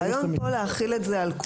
הרעיון פה להחיל את זה על כולם.